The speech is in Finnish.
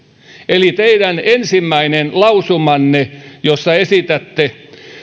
eli teidän ensimmäinen lausumanne jossa esitätte